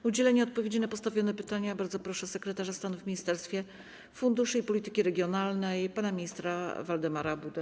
O udzielenie odpowiedzi na postawione pytania bardzo proszę sekretarza stanu w Ministerstwie Funduszy i Polityki Regionalnej pana ministra Waldemara Budę.